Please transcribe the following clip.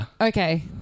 Okay